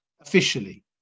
Officially